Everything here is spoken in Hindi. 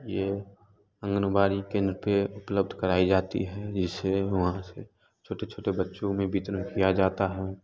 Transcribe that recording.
ये आँगन बाड़ी केंद्र पर उपलब्ध कराई जाती है जिसे वहाँ से छोटे छोटे बच्चों में वितरण किया जाता है